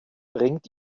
bringt